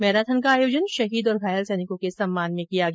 marathon का आयोजन शहीद और घायल सैनिकों के सम्मान में किया गया